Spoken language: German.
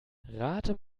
rate